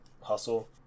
hustle